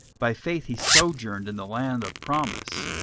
by faith he sojourned in the land of promise,